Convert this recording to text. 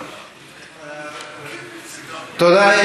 תודה.